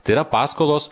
tai yra paskolos